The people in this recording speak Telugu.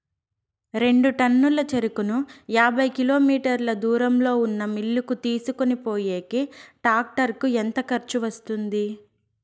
రెండు టన్నుల చెరుకును యాభై కిలోమీటర్ల దూరంలో ఉన్న మిల్లు కు తీసుకొనిపోయేకి టాక్టర్ కు ఎంత ఖర్చు వస్తుంది?